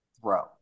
throw